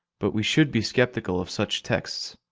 but we should be skeptical of such texts.